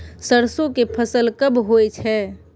सरसो के फसल कब होय छै?